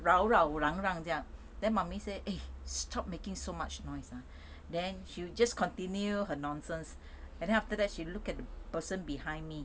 绕绕嚷嚷这样 then mummy say eh stop making so much noise ah then she just continue her nonsense and then after that she look at the person behind me